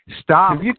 Stop